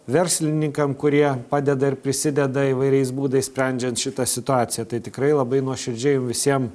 verslininkam kurie padeda ir prisideda įvairiais būdais sprendžiant šitą situaciją tai tikrai labai nuoširdžiai visiem